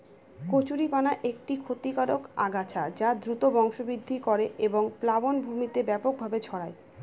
কচুরিপানা একটি ক্ষতিকারক আগাছা যা দ্রুত বংশবৃদ্ধি করে এবং প্লাবনভূমিতে ব্যাপকভাবে ছড়ায়